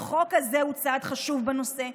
החוק הזה הוא צעד חשוב בנושא,